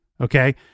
okay